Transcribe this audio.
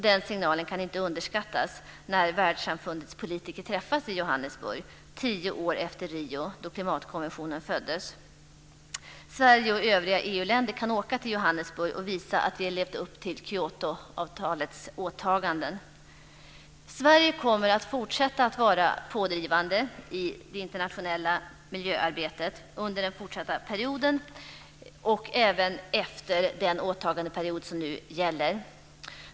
Den signalen kan inte underskattas när världssamfundets politiker träffas i Johannesburg tio år efter Rio då klimatkonventionen föddes. Sverige och övriga EU-länder kan åka till Johannesburg och visa att de levt upp till Kyotoavtalets åtaganden. Sverige kommer att fortsätta att vara pådrivande i det internationella miljöarbetet under den fortsatta perioden och även efter den åtagandeperiod som nu gäller.